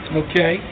okay